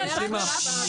לדבר בבקשה.